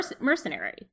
mercenary